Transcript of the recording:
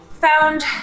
found